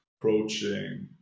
approaching